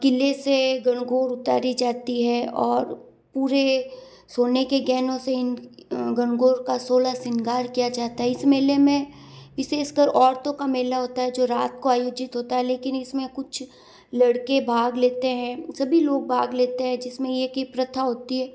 क़िले से गणगौर उतारी जाती है और पूरे सोने के गहनों से गणगौर का सोलह शृंगार किया जाता है इस मेले में विशेष कर औरतों का मेला होता है जो रात को आयोजित होता है लेकिन इस में कुछ लड़के भाग लेते हैं सभी लोग भाग लेते हैं जिस में ये की प्रथा होती है